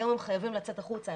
היום הם חייבים לצאת החוצה,